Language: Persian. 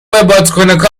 بادکنکا